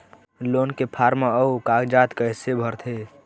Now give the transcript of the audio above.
Loan के form अऊ कागजात कइसे भरथें?